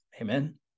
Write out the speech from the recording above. Amen